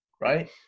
right